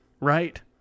right